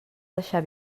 deixar